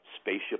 Spaceship